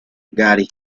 gary